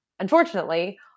unfortunately